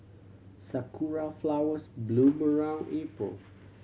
sakura flowers bloom around April